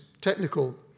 technical